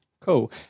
cool